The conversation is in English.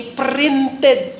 printed